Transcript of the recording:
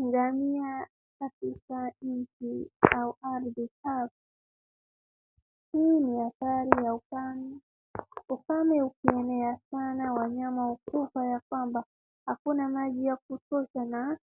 Ngamia katika nchi au ardhi kavu, hii ni hatari ya ukame, ukame ukienea sana wanyama hukufa ya kwamba hakuna maji ya kutosha na